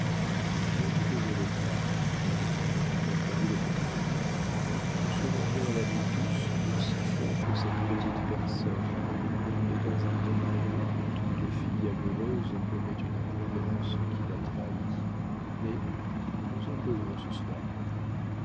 ne vous désolez pas dumay répondit le petit notaire nous serons bien à nous tous aussi forts que cette petite personne et dans un temps donné toute fille amoureuse commet une imprudence qui la trahit mais nous en causerons ce soir